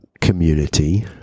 community